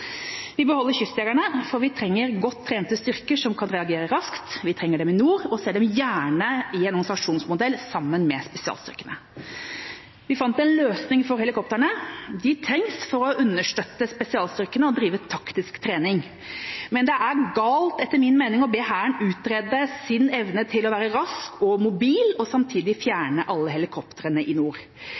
Vi beholder Kystjegerne, for vi trenger godt trente styrker som kan reagere raskt. Vi trenger dem i nord og ser dem gjerne i en organisasjonsmodell sammen med spesialstyrkene. Vi fant en løsning for helikoptrene. De trengs for å understøtte spesialstyrkene og drive taktisk trening. Men det er etter min mening galt å be Hæren utrede sin evne til å være rask og mobil og samtidig fjerne alle helikoptrene i nord.